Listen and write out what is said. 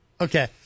Okay